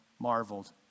marveled